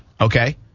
okay